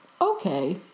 Okay